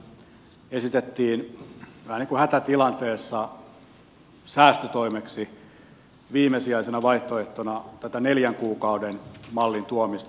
siinä esitettiin vähän niin kuin hätätilanteessa säästötoimeksi viimesijaisena vaihtoehtona tätä neljän kuukauden mallin tuomista